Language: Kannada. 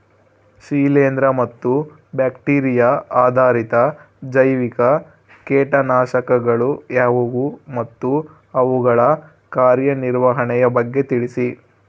ಶಿಲೇಂದ್ರ ಮತ್ತು ಬ್ಯಾಕ್ಟಿರಿಯಾ ಆಧಾರಿತ ಜೈವಿಕ ಕೇಟನಾಶಕಗಳು ಯಾವುವು ಮತ್ತು ಅವುಗಳ ಕಾರ್ಯನಿರ್ವಹಣೆಯ ಬಗ್ಗೆ ತಿಳಿಸಿ?